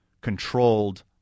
controlled